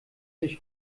sich